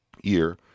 year